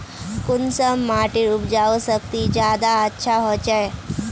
कुंसम माटिर उपजाऊ शक्ति ज्यादा अच्छा होचए?